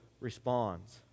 responds